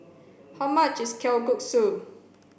how much is Kalguksu